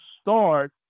start